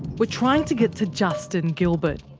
we're trying to get to justin gilbert.